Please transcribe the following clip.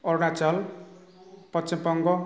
Arunachal Paschim Bang'